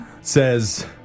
Says